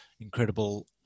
incredible